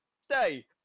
stay